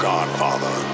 Godfather